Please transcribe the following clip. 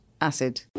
acid